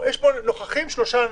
כשנוכחים שלושה אנשים,